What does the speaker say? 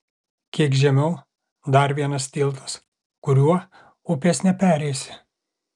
kiek žemiau dar vienas tiltas kuriuo upės nepereisi